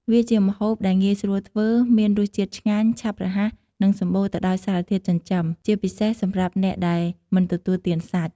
វាជាម្ហូបដែលងាយស្រួលធ្វើ មានរសជាតិឆ្ងាញ់ ឆាប់រហ័ស និងសម្បូរទៅដោយសារធាតុចិញ្ចឹម ជាពិសេសសម្រាប់អ្នកដែលមិនទទួលទានសាច់។